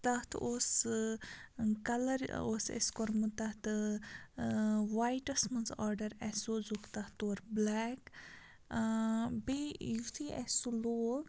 تَتھ اوس کَلَر سُہ اوس اَسہِ کوٚرمُت تَتھ وایِٹَس منٛز آرڈَر اَسہِ سوزُکھ تَتھ تور بٕلیک بیٚیہِ یُتھُے اَسہِ سُہ لوگ